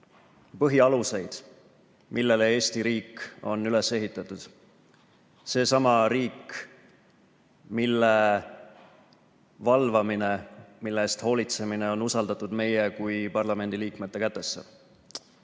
põhialuseid, millele Eesti riik on üles ehitatud. Seesama riik, mille valvamine ja mille eest hoolitsemine on usaldatud meie kui parlamendiliikmete kätesse.